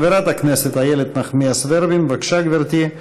חברת הכנסת איילת נחמיאס ורבין, בבקשה, גברתי.